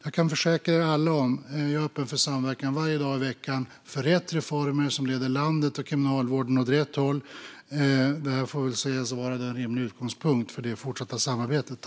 Jag kan försäkra er alla om att jag är öppen för samverkan varje dag i veckan, för rätt reformer som leder landet och Kriminalvården åt rätt håll. Detta får väl sägas vara en rimlig utgångspunkt för det fortsatta samarbetet.